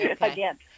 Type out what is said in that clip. again